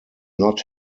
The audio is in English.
not